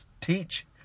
teach